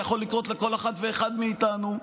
אגב, אירוע שיכול לקרות לכל אחד ואחד מאיתנו.